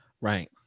Right